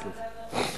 עלה,